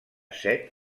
set